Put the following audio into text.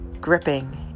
gripping